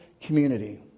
community